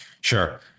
Sure